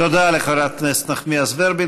תודה לחברת הכנסת נחמיאס ורבין.